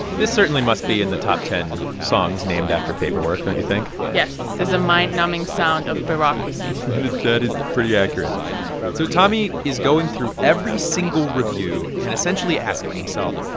this certainly must be in the top ten songs named after paperwork, don't you think? yes. there's a mind-numbing sound of bureaucracy that is pretty accurate so tommy is going through every single review and essentially asking himself,